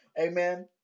Amen